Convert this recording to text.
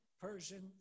Persian